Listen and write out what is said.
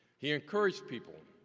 he encouraged people,